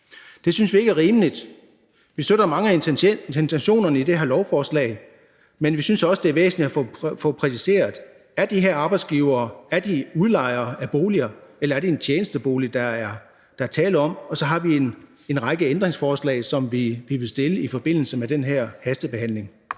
Det synes vi ikke er rimeligt. Vi støtter mange af intentionerne i det her lovforslag, men vi synes også, det er væsentligt at få præciseret, om de her arbejdsgivere er udlejere af boliger, eller om der er tale om en tjenestebolig. Og så har vi en række ændringsforslag, som vi vil stille i forbindelse med den her hastebehandling.